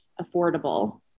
affordable